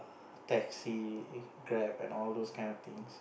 taxi Grab and all those kind of things